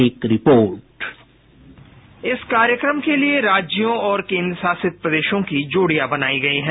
एक report byte इस कार्यक्रम के लिए राज्यों और केन्द्र शासित प्रदेशों की जोड़ियां बनाई गई हैं